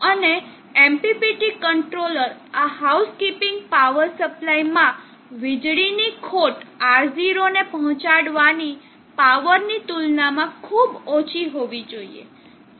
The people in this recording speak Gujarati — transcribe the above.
અને MPPT કંટ્રોલર માં આ હાઉસકીપિંગ પાવર સપ્લાય માં વીજળીની ખોટ R0 ને પહોંચાડવાની પાવરની તુલનામાં ખૂબ ઓછી હોવી જોઈએ